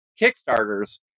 kickstarters